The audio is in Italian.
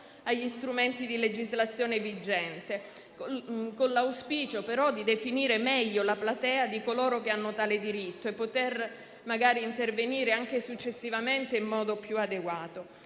agli strumenti di legislazione vigente, con l'auspicio, però, di definire meglio la platea di coloro che hanno tale diritto e poter magari intervenire, anche successivamente, in modo più adeguato.